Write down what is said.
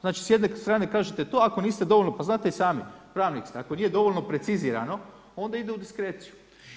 Znači, s jedne strane kažete to, ako niste dovoljno, pa znate i sami, pravnik ste, ako nije dovoljno precizirano onda ide u diskreciju.